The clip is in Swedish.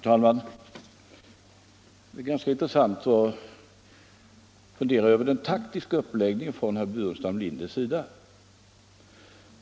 Herr talman! Det är ganska intressant att fundera över den taktiska uppläggningen från herr Burenstam Linders sida.